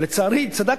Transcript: ולצערי, צדקתי.